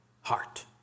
heart